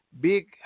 big